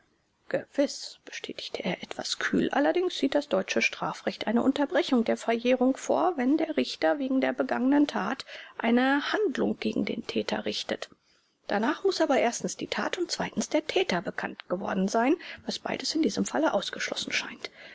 gewiß bestätigte er etwas kühl allerdings sieht das deutsche strafrecht eine unterbrechung der verjährung vor wenn der richter wegen der begangenen tat eine handlung gegen den täter richtet danach muß aber erstens die tat und zweitens der täter bekannt geworden sein was beides in diesem falle ausgeschlossen scheint